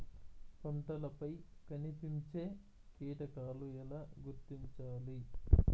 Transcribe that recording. పంటలపై కనిపించే కీటకాలు ఎలా గుర్తించాలి?